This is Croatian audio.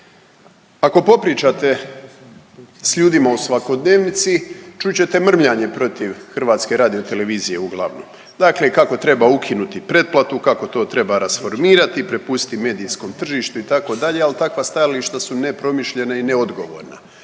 Ako popričate s ljudima u svakodnevnici čut ćete mrmljanje protiv HRT-a uglavnom. Dakle kako treba ukinuti pretplatu, kako to treba rasformirati, prepustiti medijskom tržištu itd. ali takva stajališta su nepromišljena i neodgovorna